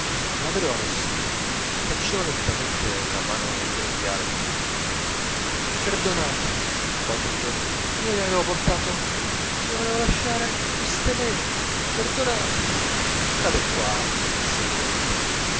la vedova arrossiva cacciò lentamente la mano nel grembiale di nannina perdonatemi balbettò io gli avevo portato gli volevo lasciare queste mele perdonatemi date qua disse il vecchio